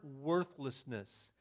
worthlessness